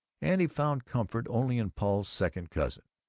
and he found comfort only in paul's second cousin,